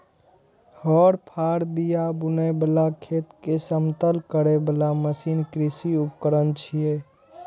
हर, फाड़, बिया बुनै बला, खेत कें समतल करै बला मशीन कृषि उपकरण छियै